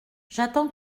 j’attends